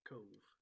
Cove